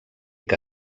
que